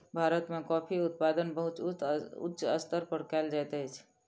भारत में कॉफ़ी उत्पादन बहुत उच्च स्तर पर कयल जाइत अछि